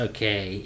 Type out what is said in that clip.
Okay